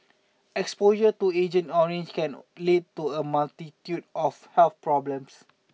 exposure to Agent Orange can lead to a multitude of health problems